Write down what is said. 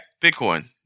Bitcoin